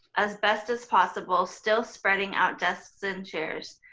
as best as possible, still spreading out desks and chairs.